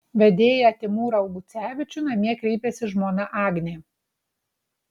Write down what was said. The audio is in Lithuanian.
vedėją timūrą augucevičių namie kreipiasi žmona agnė